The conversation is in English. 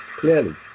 Clearly